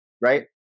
right